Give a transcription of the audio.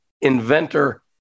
inventor